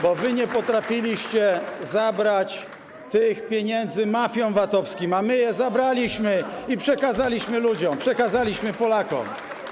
Bo wy nie potrafiliście zabrać tych pieniędzy mafiom VAT-owskim, a my je zabraliśmy i przekazaliśmy ludziom, przekazaliśmy Polakom.